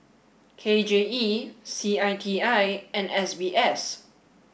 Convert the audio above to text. K J E C I T I and S B S